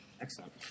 Excellent